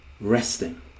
resting